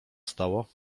stało